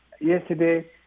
yesterday